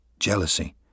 Jealousy